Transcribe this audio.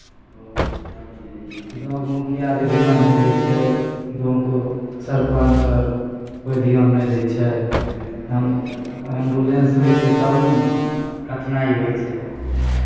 गाँवके मुखिया भी धियान नहि दै छै गाँवके सरपञ्च अर कोइ धियान नहि दै छै एम एम्बुलेंस नहि छै तब ने कठिनाइ होइ छै